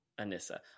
Anissa